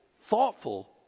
thoughtful